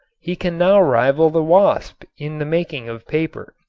he can now rival the wasp in the making of paper.